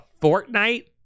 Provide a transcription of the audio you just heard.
Fortnite